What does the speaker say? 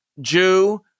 Jew